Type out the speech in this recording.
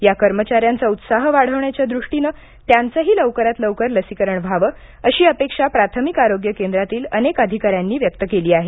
या कर्मचाऱ्यांचा उत्साह वाढवण्याच्या दृष्टीनं त्यांचेही लवकरात लवकर लसीकरण व्हावं अशी अपेक्षा प्राथमिक आरोग्य केंद्रातील अनेक अधिकाऱ्यांनी व्यक्त केली आहे